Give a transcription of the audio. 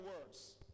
words